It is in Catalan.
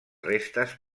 restes